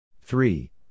three